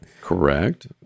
Correct